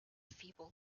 feeble